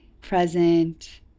present